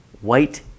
White